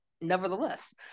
nevertheless